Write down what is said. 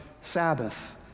Sabbath